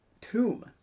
tomb